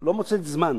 לא מוצאת זמן